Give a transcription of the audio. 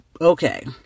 okay